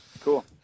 cool